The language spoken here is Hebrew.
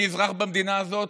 אני אזרח במדינה הזאת,